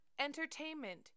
entertainment